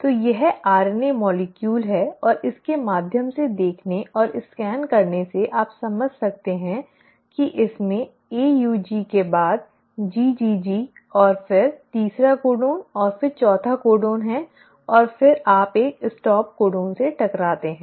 तो यह आरएनए अणु है और इसके माध्यम से देखने और स्कैन करने से आप समझ सकते हैं कि इसमें AUG के बाद GGG और फिर तीसरा कोडन और फिर चौथा कोडन है और फिर आप एक स्टॉप कोडन से टकराते हैं